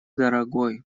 дорогой